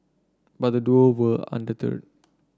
but the duo were undeterred